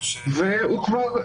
והוא כבר,